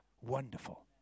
Wonderful